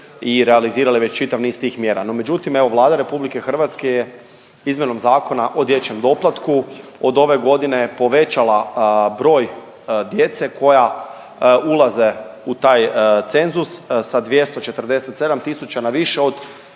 i realizirali već čitav niz tih mjera, no međutim evo Vlada RH je izmjenom Zakona o dječjem doplatku od ove godine povećala broj djece koja ulaze u taj cenzus, sa 247 tisuća na više od